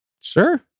Sure